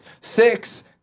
six